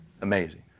Amazing